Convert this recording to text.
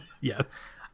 Yes